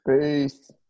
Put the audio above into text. Peace